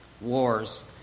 wars